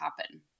happen